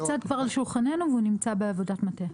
הצעד כבר על שולחננו והוא נמצא בעבודת מטה.